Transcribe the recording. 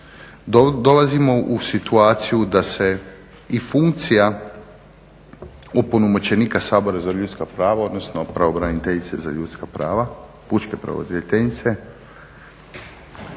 dolazimo u situaciju da se i funkcija opunomoćenika Sabora za ljudska prava, odnosno pravobraniteljice za ljudska prava, pučke pravobraniteljice